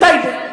בטייבה.